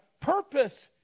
purpose